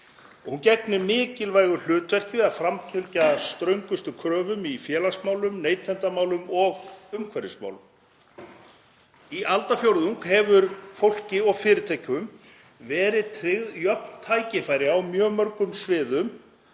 Hún gegnir mikilvægu hlutverki við að framfylgja ströngustu kröfum í félagsmálum, neytendamálum og umhverfismálum. Í aldarfjórðung hefur fólki og fyrirtækjum verið tryggð jöfn tækifæri á mjög mörgum sviðum